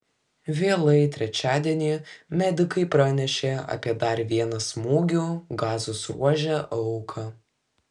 vėlai trečiadienį medikai pranešė apie dar vieną smūgių gazos ruože auką